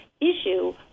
issue